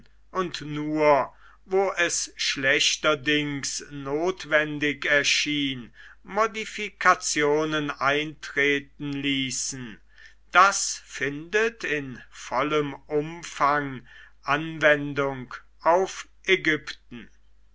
und nur wo es schlechterdings notwendig erschien modifikationen eintreten ließen das findet in vollem umfang anwendung auf ägypten